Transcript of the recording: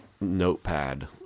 notepad